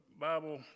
Bible